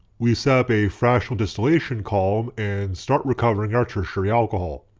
we setup a fractional distillation column and start recovering our tertiary alcohol.